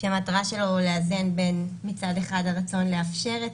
כשהמטרה שלו היא לאזן בין מצד אחד הרצון לאפשר את